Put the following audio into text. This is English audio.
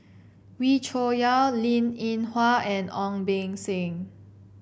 Wee Cho Yaw Linn In Hua and Ong Beng Seng